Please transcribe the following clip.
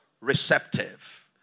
receptive